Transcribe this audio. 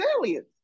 aliens